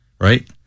right